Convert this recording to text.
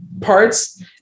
Parts